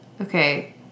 Okay